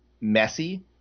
messy